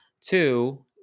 Two